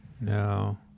No